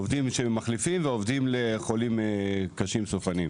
עובדים מחליפים ועובדים לחולים סופניים.